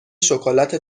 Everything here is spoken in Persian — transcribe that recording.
شکلات